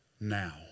now